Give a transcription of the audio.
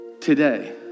Today